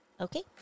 Okay